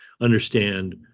understand